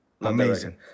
Amazing